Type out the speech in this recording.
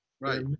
Right